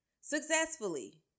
successfully